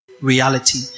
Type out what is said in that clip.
reality